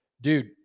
dude